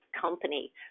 company